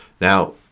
Now